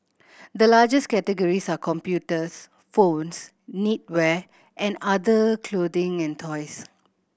the largest categories are computers phones knitwear and other clothing and toys